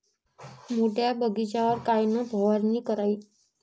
मोठ्या बगीचावर कायन फवारनी करावी?